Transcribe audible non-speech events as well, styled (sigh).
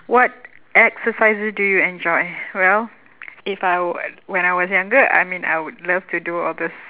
what exercises do you enjoy well (noise) if I were when I was younger I mean I would love to do all these